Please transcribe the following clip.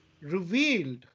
revealed